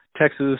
Texas